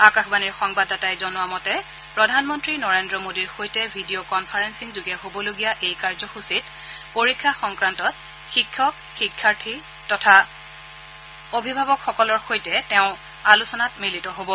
আকাশবাণীৰ সংবাদদাতাই জনাইছে যে প্ৰধানমন্ত্ৰী নৰেন্দ্ৰ মোডীৰ সৈতে ভিডিঅ' কনফাৰেন্সিংযোগে হবলগীয়া এই কাৰ্যসূচীত পৰীক্ষা সংক্ৰান্তত শিক্ষক শিক্ষাৰ্থী তথা অভিভাৱকসকলৰ সৈতে আলোচনাত মিলিত হ'ব